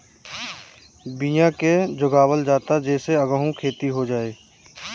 बिया के जोगावल जाता जे से आगहु खेती हो जाए